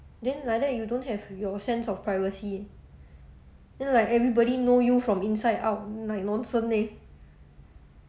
then like that you don't have your sense of privacy then like everybody know you from inside out like nonsense leh